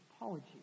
apology